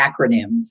acronyms